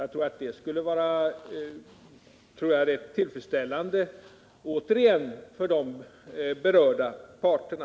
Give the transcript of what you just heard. Jag tror att det skulle vara rätt tillfredsställande för de berörda parterna.